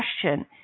question